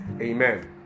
amen